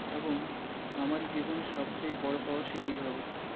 এবং আমার জীবনে সবথেকে বড়ো পাওয়া সেটিই হবে